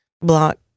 block